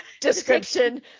Description